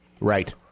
Right